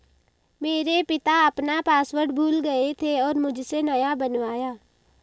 मेरे पिता अपना पासवर्ड भूल गए थे और मुझसे नया बनवाया